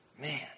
Man